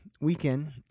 weekend